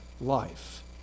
life